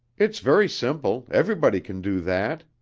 it's very simple. everybody can do that.